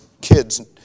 kids